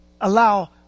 allow